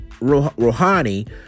Rouhani